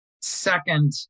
second